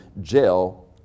jail